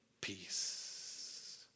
peace